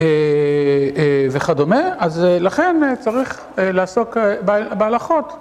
וכדומה, אז לכן צריך לעסוק בהלכות.